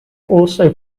also